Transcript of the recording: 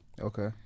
Okay